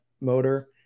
motor